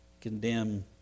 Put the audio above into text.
condemn